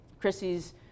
Chrissy's